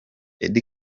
eddy